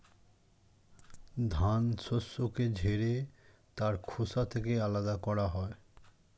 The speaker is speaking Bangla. ধান শস্যকে ঝেড়ে তার খোসা থেকে আলাদা করা হয়